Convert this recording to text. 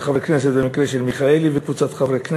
של חבר הכנסת אברהם מיכאלי וקבוצת חברי הכנסת,